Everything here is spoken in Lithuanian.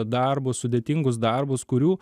darbus sudėtingus darbus kurių